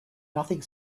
nothing